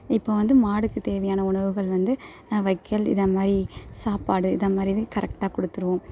இப்போ வந்து மாடுக்கு தேவையான உணவுகள் வந்து வைக்கோல் இதைமாரி சாப்பாடு இதைமாரி கரெக்டாக கொடுத்துருவோம்